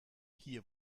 hier